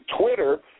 Twitter